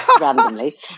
randomly